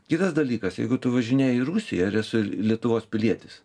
kitas dalykas jeigu tu važinėji į rusiją ir esi lietuvos pilietis